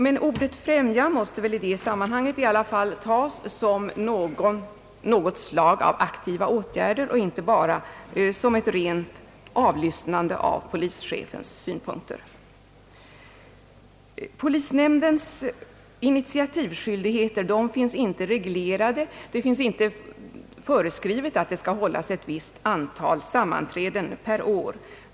Men »främja» måste väl i det sammanhanget i alla fall tolkas som något slag av aktiva åtgärder, inte bara som ett rent avlyssnande av polischefens synpunkter. Polisnämndens initiativskyldigheter finns inte reglerade. Det finns inte föreskrivet att det skall hållas ett visst antal sammanträden per år.